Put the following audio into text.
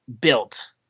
built